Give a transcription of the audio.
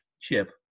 Chip